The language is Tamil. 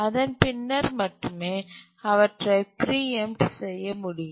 அதன் பின்னர் மட்டுமே அவற்றை பிரீஎம்ட்ட செய்ய முடியும்